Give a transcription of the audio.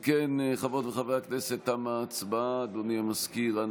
אם כן, להלן תוצאות ההצבעה: 61 בעד, 52 נגד, אין